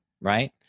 right